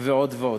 ועוד ועוד.